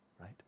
right